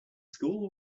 school